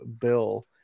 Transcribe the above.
bill